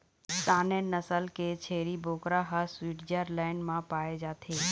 Saanen नसल के छेरी बोकरा ह स्वीटजरलैंड म पाए जाथे